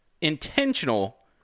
intentional